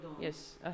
Yes